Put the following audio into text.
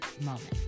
moment